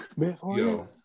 yo